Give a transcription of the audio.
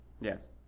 yes